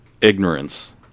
ignorance